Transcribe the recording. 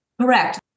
Correct